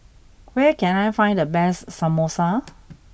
where can I find the best Samosa